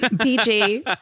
PG